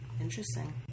Interesting